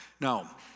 Now